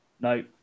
No